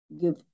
give